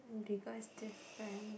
biggest difference